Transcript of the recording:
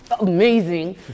amazing